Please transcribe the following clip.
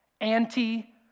anti